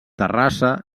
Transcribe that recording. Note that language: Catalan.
terrassa